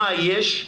מה יש.